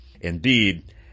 Indeed